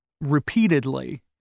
repeatedly